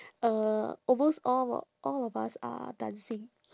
uh almost all of all of us are dancing